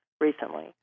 recently